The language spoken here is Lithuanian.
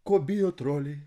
ko bijo troliai